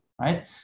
right